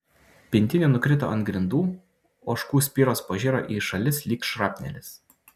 pintinė nukrito ant grindų ožkų spiros pažiro į šalis lyg šrapnelis